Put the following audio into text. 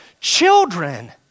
Children